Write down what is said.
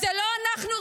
זה לא אנחנו,